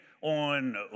on